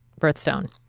birthstone